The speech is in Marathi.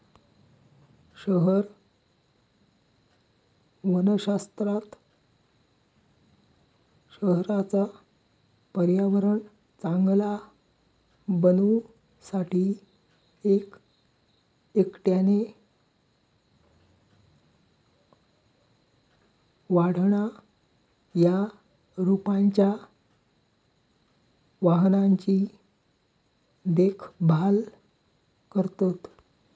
शहर वनशास्त्रात शहराचा पर्यावरण चांगला बनवू साठी एक एकट्याने वाढणा या रोपांच्या वाहनांची देखभाल करतत